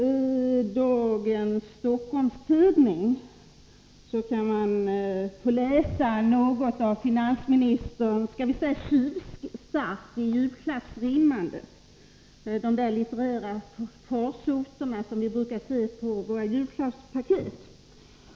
I Stockholms-Tidningen för i dag kan man läsa litet av finansministerns tjuvstart i julrimmandet — den litterära farsot som brukar komma till uttryck på våra julklappspaket.